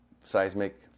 seismic